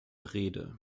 rede